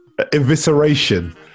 evisceration